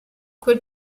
quel